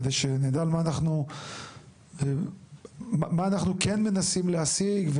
כדי שנדע מה אנחנו כן מנסים להשיג.